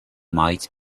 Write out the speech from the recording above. might